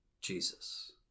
Jesus